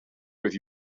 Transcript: with